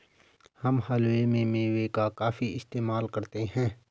हम हलवे में मेवे का काफी इस्तेमाल करते हैं